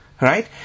right